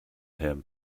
him